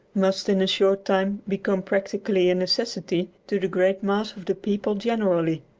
must, in a short time, become practically a necessity to the great mass of the people generally.